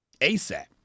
ASAP